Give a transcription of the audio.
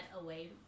away